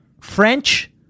French